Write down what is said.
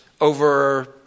over